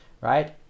right